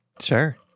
Sure